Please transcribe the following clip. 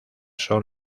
son